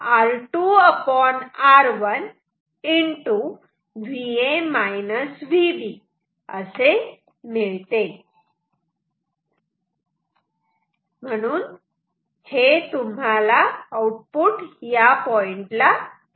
Vo R2R1 म्हणून हे तुम्हाला या पॉइंट ला असे मिळते